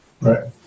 right